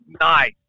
Nice